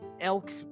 elk